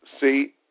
See